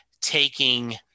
taking